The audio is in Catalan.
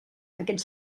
aquests